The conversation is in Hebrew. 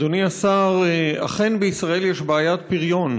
אדוני השר, אכן, בישראל יש בעיית פריון,